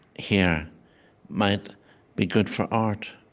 here might be good for art.